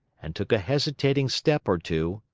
and took a hesitating step or two,